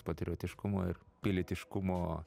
patriotiškumo ir pilietiškumo